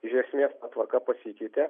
iš esmės tvarka pasikeitė